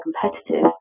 competitive